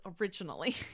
originally